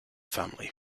family